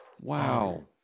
wow